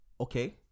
Okay